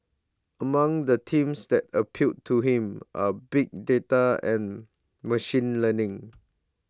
among the themes that appeal to him are big data and machine learning